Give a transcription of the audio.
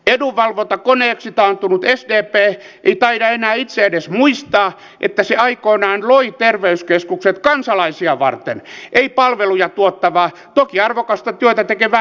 edunvalvontakoneeksi taantunut sdp ei taida enää itse edes muistaa että se aikoinaan loi terveyskeskukset kansalaisia varten ei palveluja tuottavaa toki arvokasta työtä tekevää henkilöstöä varten